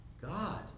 God